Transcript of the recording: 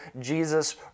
Jesus